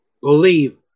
Believe